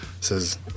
says